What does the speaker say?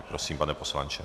Prosím, pane poslanče.